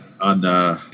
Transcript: on